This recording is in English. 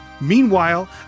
Meanwhile